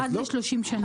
עד ל-30 שנה.